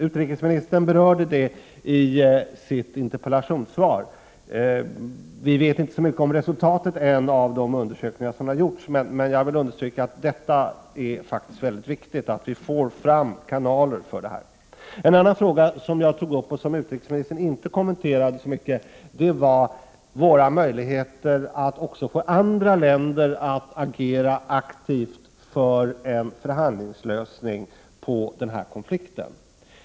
Utrikesministern berörde saken i sitt interpellationssvar. Vi vet inte så mycket än om resultatet av de undersökningar som har gjorts, men jag vill understryka att det faktiskt är mycket viktigt att vi får fram kanaler. En annan fråga som jag tog upp men som utrikesministern inte kommenterade så mycket gäller våra möjligheter att också få andra länder att agera aktivt för en förhandlingslösning av konflikten.